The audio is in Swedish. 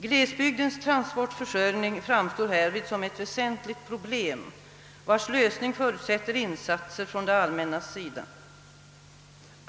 Glesbygdens transportförsörjning framstår härvid som ett väsentligt problem, vars lösning förutsätter insatser från det allmännas sida.